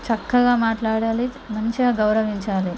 చక్కగా మాట్లాడాలి మంచిగా గౌరవించాలి